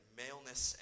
maleness